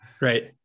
right